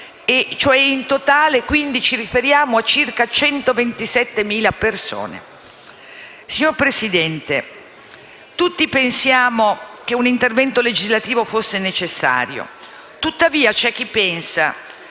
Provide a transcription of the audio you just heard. quindi, ci riferiamo a circa 127.000 persone. Signor Presidente, tutti pensiamo che un intervento legislativo fosse necessario, tuttavia c'è chi pensa